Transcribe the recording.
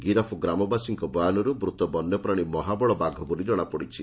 ଗିରଫ ଗ୍ରାମବାସୀଙ୍କ ବୟାନରୁ ମୃତ ବନ୍ୟପ୍ରାଶୀ ମହାବଳ ବାଘ ବୋଲି ଜଶାପଡ଼ିଛି